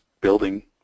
building